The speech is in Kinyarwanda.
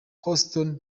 houston